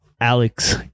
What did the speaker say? Alex